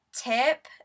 tip